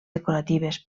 decoratives